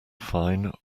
fine